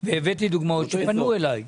דוגמאות של כאלה שפנו אלי,